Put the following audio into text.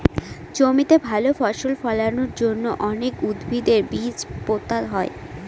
জমিতে ভালো ফসল ফলানোর জন্য অনেক উদ্ভিদের বীজ পোতা হয়